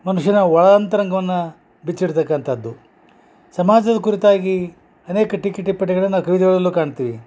ಮನುಷ್ಯನ ಒಳ ಅಂತರಂಗವನ್ನ ಬಿಚ್ಚಿಡ್ತಕ್ಕಂಥದ್ದು ಸಮಾಜದ ಕುರಿತಾಗಿ ಅನೇಕ ಟೀಕೆ ಟಿಪ್ಪಣೆಗಳನ್ನ ಕವಿತೆಗಳಲ್ಲು ಕಾಣ್ತೀವಿ